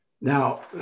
Now